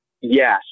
yes